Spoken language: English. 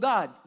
God